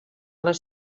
les